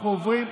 אנחנו עוברים,